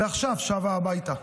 ועכשיו שבה הביתה.